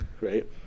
right